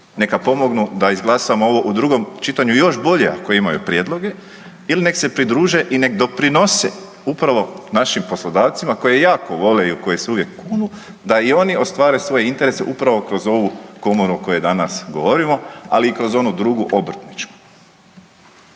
neka pomognu da izglasamo ovo u drugom čitanju još bolje, ako imaju prijedloge ili nek se pridruže i nek doprinose upravo našim poslodavcima koje jako vole i u koje se uvijek kunu, da i oni ostvare svoj interes upravo kroz ovu Komoru o kojoj danas govorimo, ali i kroz onu drugu, Obrtničku.